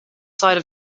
side